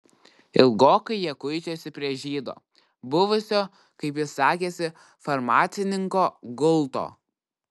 ilgokai jie kuičiasi prie žydo buvusio kaip jis sakėsi farmacininko gulto